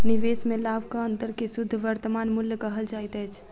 निवेश में लाभक अंतर के शुद्ध वर्तमान मूल्य कहल जाइत अछि